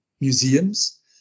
museums